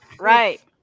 Right